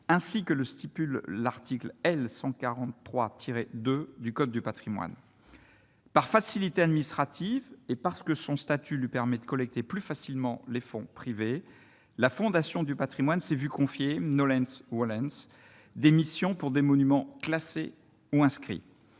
ainsi que le stipule l'article L 143 tiré 2 du code du Patrimoine par facilité administratives et parce que son statut lui permet de collecter plus facilement les fonds privés, la Fondation du Patrimoine s'est vu confier, nolens ou Lance démission pour des monuments classés ou inscrits